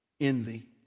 envy